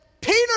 Peter